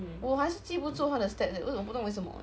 我还是记不住它的 steps leh 为什我不懂为什么 leh